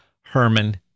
Herman